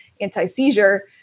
anti-seizure